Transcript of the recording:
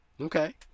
Okay